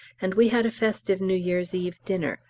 and we had a festive new year's eve dinner,